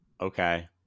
Okay